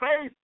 faith